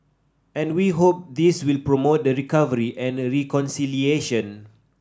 and we hope this will promote the recovery and reconciliation